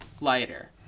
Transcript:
lighter